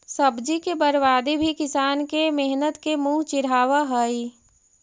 सब्जी के बर्बादी भी किसान के मेहनत के मुँह चिढ़ावऽ हइ